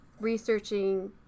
researching